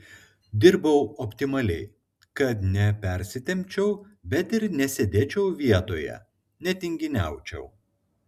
dirbau optimaliai kad nepersitempčiau bet ir nesėdėčiau vietoje netinginiaučiau